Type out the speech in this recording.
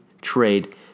trade